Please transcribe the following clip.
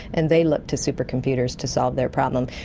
and they looked to supercomputers to solve their problem.